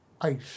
ice